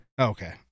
Okay